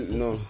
no